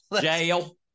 Jail